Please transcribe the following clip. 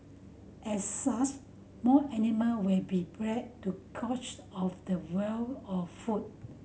as such more animal will be bred to coach of the wild of food